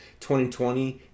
2020